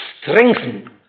strengthen